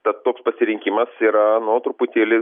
tad toks pasirinkimas yra nu truputėlį